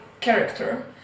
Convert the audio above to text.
character